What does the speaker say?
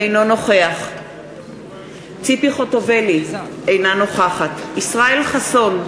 אינו נוכח ציפי חוטובלי, אינה נוכחת ישראל חסון,